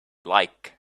like